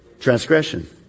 Transgression